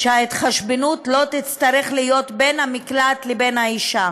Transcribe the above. שההתחשבנות לא תצטרך להיות בין המקלט לבין האישה.